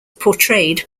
portrayed